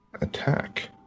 Attack